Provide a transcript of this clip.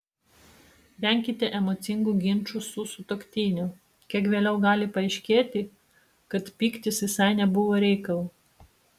venkite emocingų ginčų su sutuoktiniu kiek vėliau gali paaiškėti kad pyktis visai nebuvo reikalo